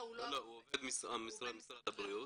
לא, הוא עובד משרד הבריאות.